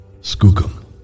Skookum